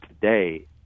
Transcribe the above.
today